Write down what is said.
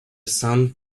sun